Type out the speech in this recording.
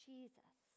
Jesus